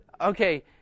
okay